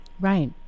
Right